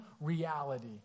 reality